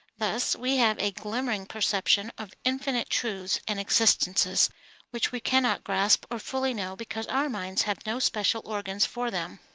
thus we have a glimmering perception of infinite truths and existences which we cannot grasp or fully know because our minds have no special organs for them.